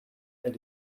elle